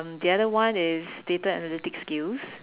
um the other one is data analytics skills